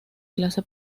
clase